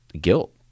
guilt